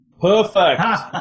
Perfect